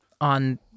on